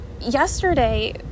Yesterday